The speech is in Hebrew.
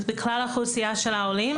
בכלל האוכלוסייה של העולים,